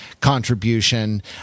contribution